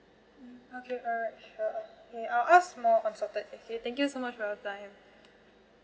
okay alright sure I'll ask more on satur~ okay thank you so much for your time